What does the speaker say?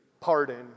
pardon